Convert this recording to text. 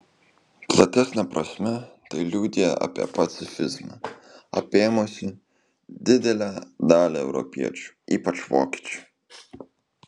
platesne prasme tai liudija apie pacifizmą apėmusį didelę dalį europiečių ypač vokiečių